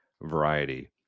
variety